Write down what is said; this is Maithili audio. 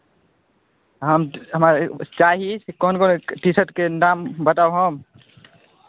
हम हमरा चाही कोन कोन टी शर्टके नाम बताउ हम